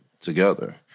together